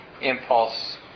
impulse